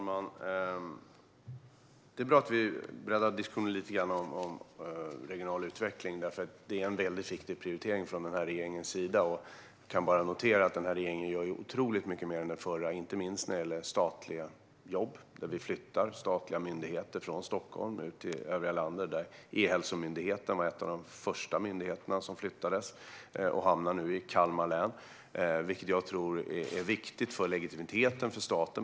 Fru talman! Det är bra att vi breddar diskussionen om regional utveckling lite grann, för det är en viktig prioritering från regeringens sida. Jag kan bara notera att den här regeringen gör otroligt mycket mer än den förra, inte minst när det gäller statliga jobb. Vi flyttar nu statliga myndigheter från Stockholm till övriga landet. E-hälsomyndigheten var en av de första myndigheterna som flyttades, och den hamnar nu i Kalmar län. Jag tror att det här är viktigt för legitimiteten för staten.